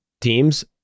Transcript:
teams